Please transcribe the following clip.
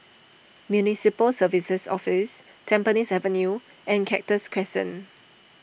Municipal Services Office Tampines Avenue and Cactus Crescent